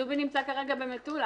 דובי נמצא כרגע במטולה,